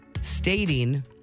stating